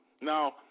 Now